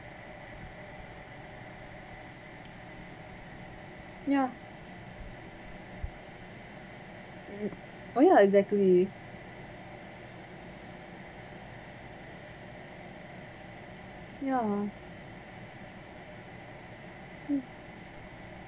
ya oh ya exactly ya mm